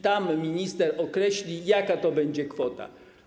Tam minister określi, jaka to będzie kwota.